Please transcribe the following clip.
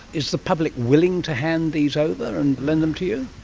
is the public willing to hand these over and lend them to you?